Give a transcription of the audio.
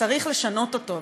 שצריך לשנות אותו,